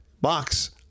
Box